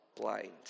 Blind